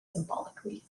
symbolically